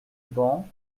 ban